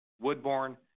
Woodbourne